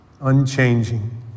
unchanging